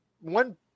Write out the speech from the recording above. one